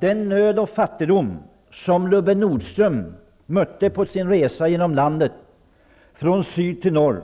Den nöd och fattigdom som Lubbe Nordström mötte på sin resa genom landet från söder till norr